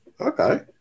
okay